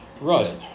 Right